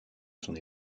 son